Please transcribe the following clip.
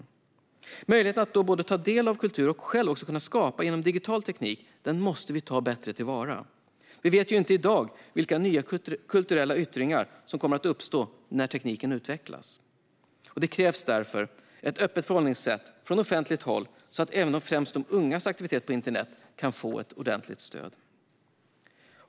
Möjligheten att både ta del av kultur och själv skapa genom digital teknik måste tas till vara bättre. Vi vet ju inte i dag vilka nya kulturella yttringar som kommer att uppstå när tekniken utvecklas. Det krävs därför ett öppet förhållningssätt från offentligt håll så att även främst ungas aktiviteter på internet kan få ordentligt stöd.